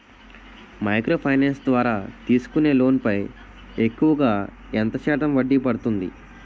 Micro finance ద్వారా తీసుకునే loan పై ఎక్కువుగా ఎంత శాతం వడ్డీ పడుతుంది?